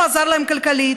לא עזר להם כלכלית,